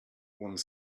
one